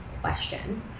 question